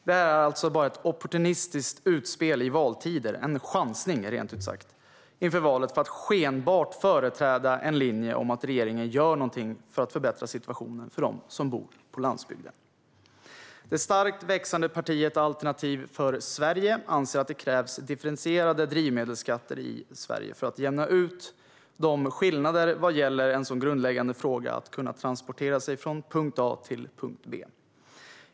Det är alltså bara ett opportunistiskt utspel i valtider, rent ut sagt en chansning inför valet för att skenbart företräda en linje om att regeringen gör något för att förbättra situationen för de som bor på landsbygden. Det starkt växande partiet Alternativ för Sverige anser att det krävs differentierade drivmedelsskatter för att jämna ut de skillnader vad gäller en så grundläggande fråga som att kunna transportera sig från punkt A till punkt B.